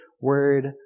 word